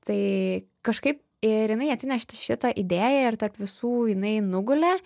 tai kažkaip ir jinai atsinešė šitą idėją ir tarp visų jinai nugulė